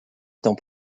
étant